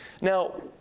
Now